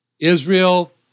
Israel